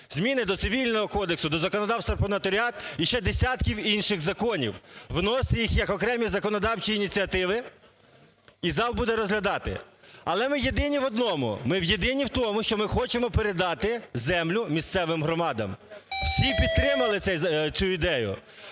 зміни до Цивільного кодексу, до законодавства про нотаріат і ще десятки інших законів. Вносити їх як окремі законодавчі ініціативи і зал буде розглядати. Але ми єдині в одному – ми єдині в тому, що ми хочемо передати землю місцевим громадам. Всі підтримали цю ідею.